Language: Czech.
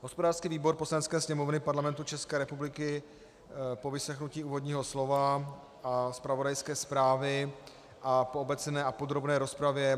Hospodářský výbor Poslanecké sněmovny Parlamentu ČR po vyslechnutí úvodního slova a zpravodajské zprávy a po obecné a podrobné rozpravě